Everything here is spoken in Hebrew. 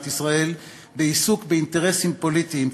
ישראל בעיסוק באינטרסים פוליטיים צרים,